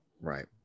Right